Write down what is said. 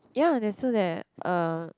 ya that so that uh